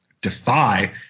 defy